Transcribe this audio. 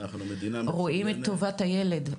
רואים את טובת הילד,